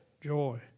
joy